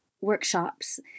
workshops